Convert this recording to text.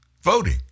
voting